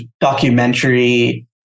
documentary